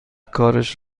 کارش